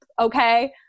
okay